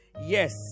Yes